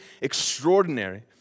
extraordinary